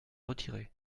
retiré